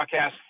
podcast